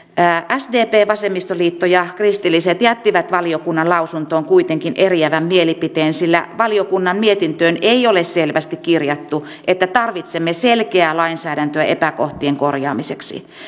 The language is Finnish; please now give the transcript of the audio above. sdp vasemmistoliitto ja kristilliset jättivät valiokunnan lausuntoon kuitenkin eriävän mielipiteen sillä valiokunnan mietintöön ei ole selvästi kirjattu että tarvitsemme selkeää lainsäädäntöä epäkohtien korjaamiseksi